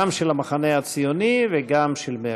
גם של המחנה הציוני וגם של מרצ.